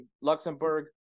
Luxembourg